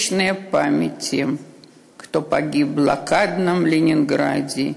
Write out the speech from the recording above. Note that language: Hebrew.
(אומרת דברים בשפה הרוסית, להלן תרגומם לעברית: